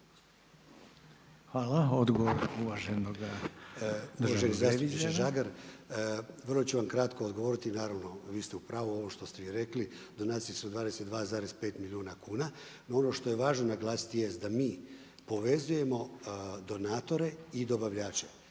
Hvala. Odgovor uvaženog glavnog državnog